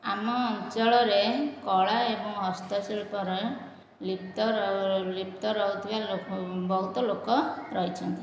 ଆମ ଅଞ୍ଚଳରେ କଳା ଏବଂ ହସ୍ତଶିଳ୍ପରେ ଲିପ୍ତର ଲିପ୍ତ ରହୁଥିବା ଲୋକ ବହୁତ ଲୋକ ରହିଛନ୍ତି